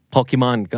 Pokemon